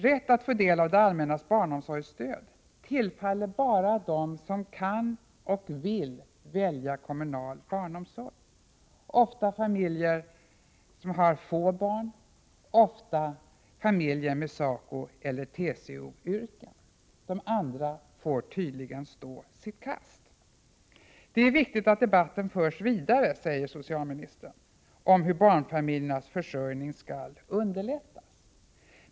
Rätt att få del av det allmännas barnomsorgsstöd tillkommer bara dem som kan och vill välja kommunal barnomsorg, ofta familjer med få barn och familjer med SACO eller TCO-yrken. De andra får tydligen stå sitt kast. Det är viktigt att debatten om hur barnfamiljernas försörjning skall underlättas förs vidare, säger socialministern.